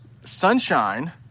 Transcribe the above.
sunshine